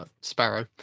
Sparrow